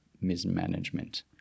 mismanagement